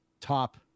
top